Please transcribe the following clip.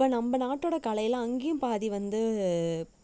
இப்போ நம்ம நாட்டோடய கலைலாம் அங்கேயும் பாதி வந்து